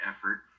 effort